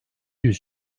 yüz